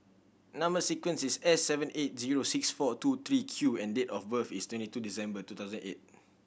number sequence is S seven eight zero six four two three Q and date of birth is twenty two December two thousand eight